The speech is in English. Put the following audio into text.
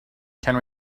can